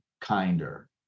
kinder